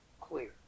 clear